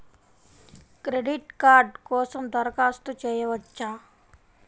Credit card కోసం దరఖాస్తు చేయవచ్చా?